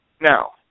Now